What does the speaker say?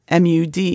MUD